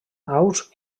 aus